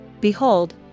Behold